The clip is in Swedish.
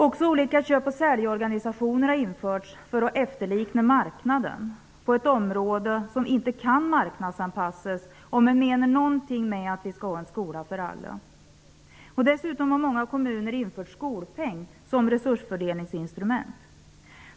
Också olika köp--sälj-organisationer har införts för att efterlikna marknaden på ett område som inte kan marknadsanpassas, om man nu menar något med talet om en skola för alla. Dessutom har många kommuner infört skolpeng som resursfördelningsinstrument.